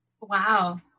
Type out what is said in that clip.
Wow